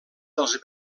dels